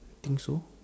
i think so